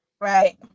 Right